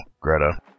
Greta